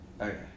Okay